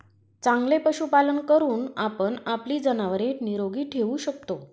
चांगले पशुपालन करून आपण आपली जनावरे निरोगी ठेवू शकतो